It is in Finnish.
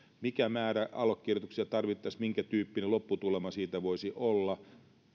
mikä määrä allekirjoituksia tarvittaisiin minkä tyyppinen lopputulema siitä voisi olla